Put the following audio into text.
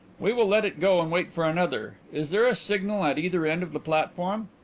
we will let it go and wait for another. is there a signal at either end of the platform?